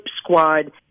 Squad